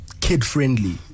kid-friendly